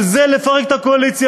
על זה לפרק את הקואליציה?